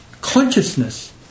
consciousness